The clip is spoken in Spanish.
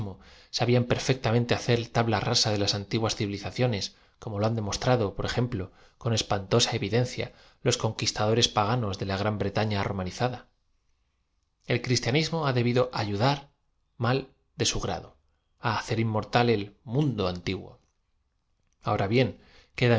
sabían perfecta mente hacer tabla rasa de las antiguas civilizaciones como lo han demostrado por ejemplo con espantosa evidencia los conquistadores paganos de la gran bre tafia romanizada el criatianismo ha debido ayudar mal de su grado á hacer inm ortal el mundo aoti guo ahora bien queda